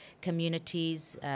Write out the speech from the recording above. communities